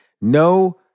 No